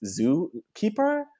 zookeeper